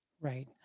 Right